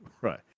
Right